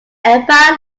empire